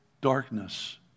darkness